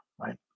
right